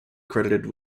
credited